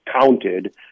counted